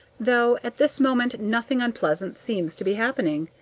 though at this moment nothing unpleasant seems to be happening.